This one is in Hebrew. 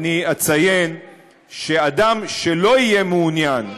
אני אציין שאדם שלא יהיה מעוניין,